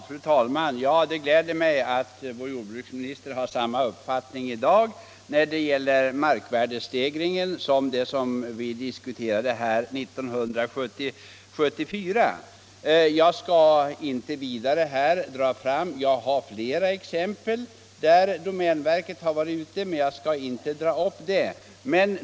Fru talman! Det gläder mig att vår jordbruksminister har samma uppfattning i dag när det gäller markvärdestegringen som när vi diskuterade den här 1974. Jag har flera exempel på domänverkets agerande, men jag skall inte nu ta upp dessa.